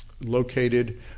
located